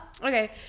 Okay